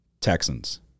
Texans